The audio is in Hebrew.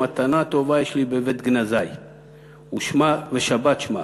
מתנה טובה יש לי בבית גנזי ושבת שמה,